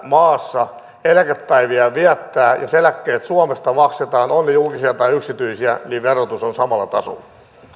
maassa eläkepäiviään viettää jos eläkkeet suomesta maksetaan ovat ne julkisia tai yksityisiä niin verotus on samalla tasolla